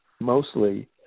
mostly